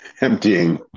emptying